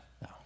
No